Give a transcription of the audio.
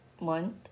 Month